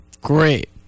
great